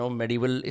medieval